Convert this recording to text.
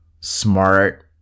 smart